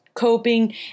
coping